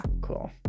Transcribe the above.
cool